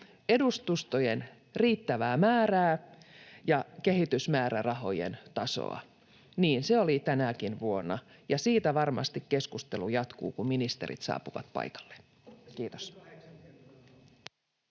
edustustojen riittävää määrää ja kehitysmäärärahojen tasoa. Niin se oli tänäkin vuonna, ja siitä varmasti keskustelu jatkuu, kun ministerit saapuvat paikalle. — Kiitos.